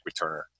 returner